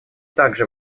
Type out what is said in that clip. также